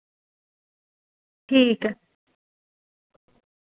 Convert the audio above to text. ठीक ऐ